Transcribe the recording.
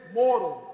mortal